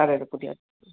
അതെയതെ പുതിയ